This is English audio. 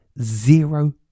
zero